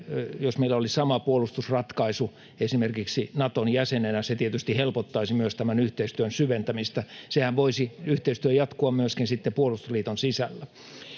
jos meillä olisi sama puolustusratkaisu esimerkiksi Naton jäsenenä, se tietysti helpottaisi myös tämän yhteistyön syventämistä. Se yhteistyöhän voisi jatkua myöskin sitten puolustusliiton sisällä.